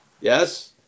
Yes